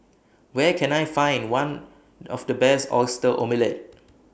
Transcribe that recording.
Where Can I Find one of Best Oyster Omelette